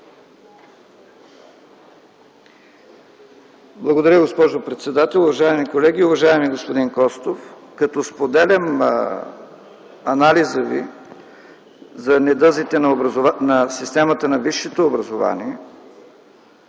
Благодаря, госпожо председател. Уважаеми колеги! Уважаеми господин Костов, като споделям анализа Ви за недъзите на системата на висшето образование,